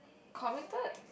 committed